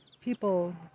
people